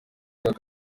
akaba